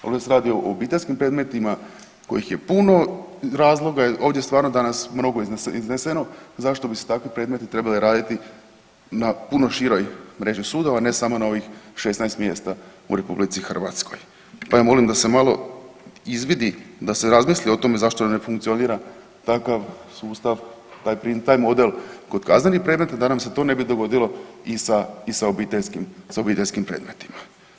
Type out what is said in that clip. Ovdje se radi o obiteljskim predmetima kojih je puno iz razloga ovdje je stvarno danas izneseno zašto bi se takvi predmeti trebali raditi na puno široj mreži sudova, ne samo na ovih 16 mjesta u RH pa ja molim da se malo izvidi da se razmisli o tome zašto ne funkcionira takav sustav, taj model kod kaznenih predmeta da nam se to ne bi dogodilo i sa obiteljskim, sa obiteljskim predmetima.